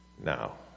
Now